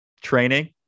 training